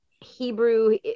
hebrew